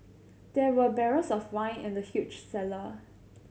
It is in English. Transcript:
there were barrels of wine in the huge cellar